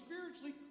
spiritually